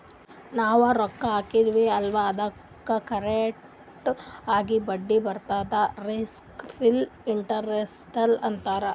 ನಾವ್ ರೊಕ್ಕಾ ಹಾಕ್ತಿವ್ ಅಲ್ಲಾ ಅದ್ದುಕ್ ಕರೆಕ್ಟ್ ಆಗಿ ಬಡ್ಡಿ ಬರದುಕ್ ರಿಸ್ಕ್ ಫ್ರೀ ಇಂಟರೆಸ್ಟ್ ಅಂತಾರ್